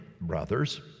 brothers